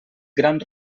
gran